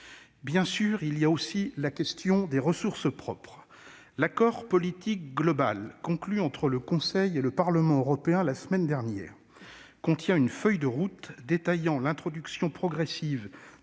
J'en viens à la question des ressources propres. L'accord politique global conclu entre le Conseil et le Parlement européen la semaine dernière contient une feuille de route détaillant l'introduction progressive